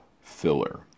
filler